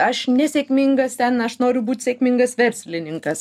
aš nesėkmingas ten aš noriu būt sėkmingas verslininkas